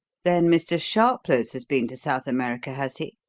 then mr. sharpless has been to south america, has he?